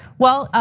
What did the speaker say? well,